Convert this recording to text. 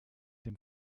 dem